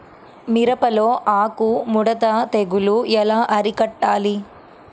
మిరపలో ఆకు ముడత తెగులు ఎలా అరికట్టాలి?